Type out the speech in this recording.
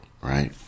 right